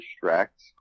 distract